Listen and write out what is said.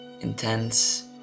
intense